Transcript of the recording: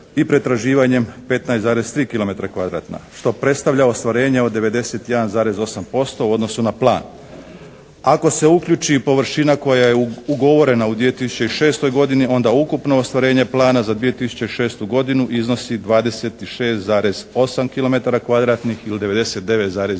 i pretraživanjem 15,3 kilometra kvadratna što predstavlja ostvarenje od 91,8% u odnosu na plan. Ako se uključi površina koja je ugovorena u 2006. godini onda ukupno ostvarenje plana za 2006. godinu iznosu 26,8 kilometara